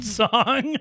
song